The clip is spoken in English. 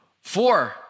Four